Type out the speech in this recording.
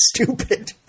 stupid